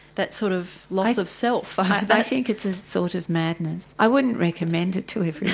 that sort of loss of self? um ah i think it's a sort of madness, i wouldn't recommend it to everyone.